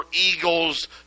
Eagles